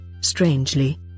Strangely